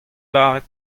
lâret